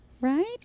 Right